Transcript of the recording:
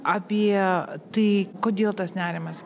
apie tai kodėl tas nerimas